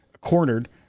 cornered